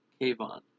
Kevon